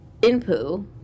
Inpu